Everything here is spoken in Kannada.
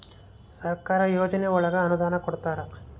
ಸರ್ಕಾರ ಯೋಜನೆ ಒಳಗ ಅನುದಾನ ಕೊಡ್ತಾರ